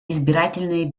избирательные